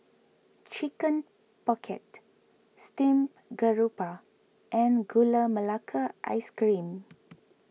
Chicken Pocket Steamed Garoupa and Gula Melaka Ice Cream